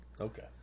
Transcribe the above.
Okay